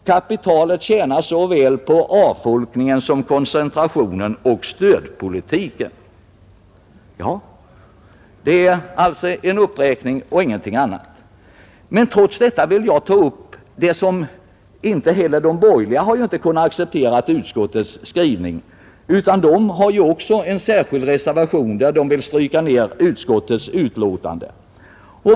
Kapitalet förtjänar såväl på avfolkningen som på koncentrationen och stödpolitiken.” Det är alltså en uppräkning av gamla slagord och ingenting annat. Inte heller de borgerliga har kunnat acceptera utskottets skrivning; de har en reservation där de vill stryka ned utskottets betänkande.